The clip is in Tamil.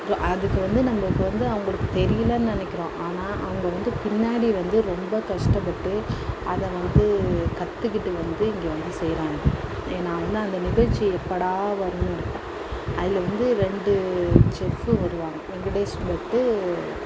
அதுக்கு வந்து நம்பளுக்கு வந்து அவங்களுக்கு தெரியிலன்னு நினைக்கிறோம் ஆனால் அவங்க வந்து பின்னாடி வந்து ரொம்ப கஷ்டப்பட்டு அதை வந்து கற்றுக்குட்டு வந்து இங்கே வந்து செய்யுறாங்க நான் வந்து அந்த நிகழ்ச்சி எப்படா வரும் அதில் வந்து ரெண்டு செஃப்பு வருவாங்க வெங்கடேஷ் பட்டு